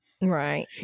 right